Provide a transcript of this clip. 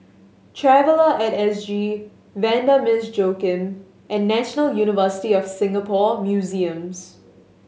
Traveller At S G Vanda Miss Joaquim and National University of Singapore Museums